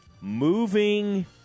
moving